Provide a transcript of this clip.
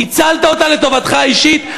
ניצלת אותן לטובתך האישית.